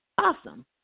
awesome